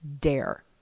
dare